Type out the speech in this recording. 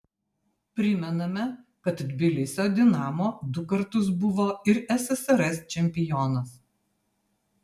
primename kad tbilisio dinamo du kartus buvo ir ssrs čempionas